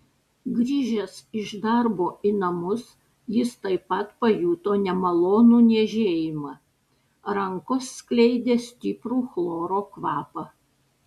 grįžęs iš darbo į namus jis taip pat pajuto nemalonų niežėjimą rankos skleidė stiprų chloro kvapą